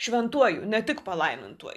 šventuoju ne tik palaimintuoju